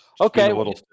Okay